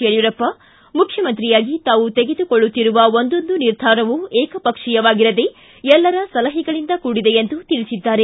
ಯಡಿಯೂರಪ್ಪ ಮುಖ್ಯಮಂತ್ರಿಯಾಗಿ ತಾವು ತೆಗೆದುಕೊಳ್ಳುತ್ತಿರುವ ಒಂದೊಂದು ನಿರ್ಧಾರವೂ ಏಕಪಕ್ಷೀಯವಾಗಿರದೇ ಎಲ್ಲರ ಸಲಹೆಗಳಿಂದ ಕೂಡಿದೆ ಎಂದು ತಿಳಿಸಿದ್ದಾರೆ